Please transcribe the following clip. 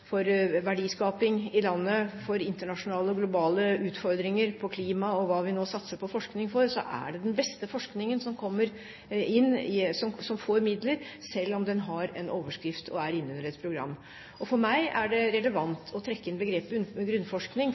verdiskaping i landet og for internasjonale, globale utfordringer på klima, eller hva vi nå satser på forskning for, er det den beste forskningen som får midler, selv om den har en overskrift og er innunder et program. For meg er det relevant å trekke inn begrepet grunnforskning.